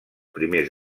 primers